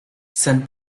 sen